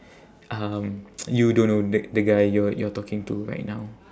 um you don't know the the guy you're you're talking to right now